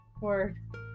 Word